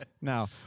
Now